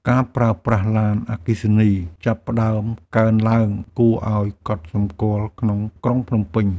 ការប្រើប្រាស់ឡានអគ្គិសនីចាប់ផ្ដើមកើនឡើងគួរឱ្យកត់សម្គាល់ក្នុងក្រុងភ្នំពេញ។